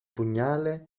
pugnale